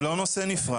זה לא נושא נפרד.